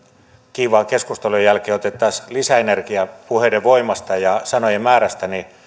kiivaan keskustelun jälkeen otettaisiin lisäenergiaa puheiden voimasta ja sanojen määrästä niin